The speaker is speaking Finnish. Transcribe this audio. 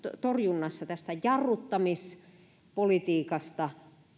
torjunnassa tästä jarruttamispolitiikasta